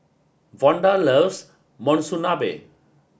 Vonda loves Monsunabe